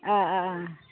अ अ